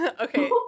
Okay